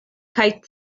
kaj